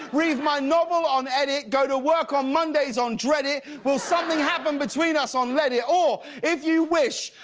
read my novel on edit, go to work on mondays on dread-it, will something happen between us? on let it! or, if you wish,